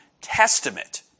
Testament